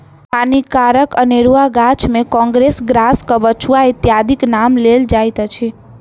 हानिकारक अनेरुआ गाछ मे काँग्रेस घास, कबछुआ इत्यादिक नाम लेल जाइत अछि